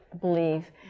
believe